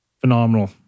phenomenal